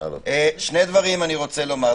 שני דברים אני רוצה לומר.